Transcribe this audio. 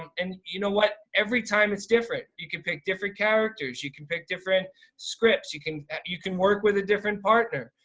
and you know what, every time it's different. you can pick different characters, you can pick different scripts, you can you can work with a different partner.